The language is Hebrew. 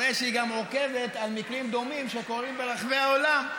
הרי שהיא גם עוקבת אחרי מקרים דומים שקורים ברחבי העולם,